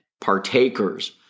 partakers